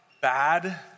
Bad